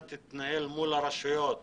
את היישובים שם,